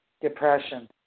Depression